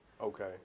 Okay